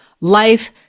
life